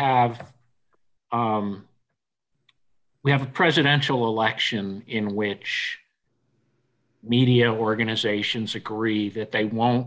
have we have a presidential election in which media organizations agree that they won't